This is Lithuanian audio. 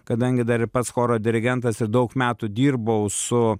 kadangi dar ir pats choro dirigentas ir daug metų dirbau su